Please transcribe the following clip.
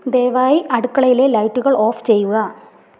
ദയവായി അടുക്കളയിലെ ലൈറ്റുകള് ഓഫ് ചെയ്യുക